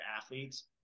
athletes